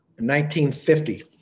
1950